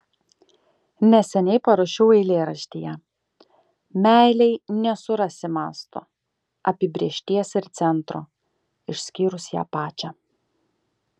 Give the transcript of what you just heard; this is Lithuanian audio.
neseniai parašiau eilėraštyje meilei nesurasi masto apibrėžties ir centro išskyrus ją pačią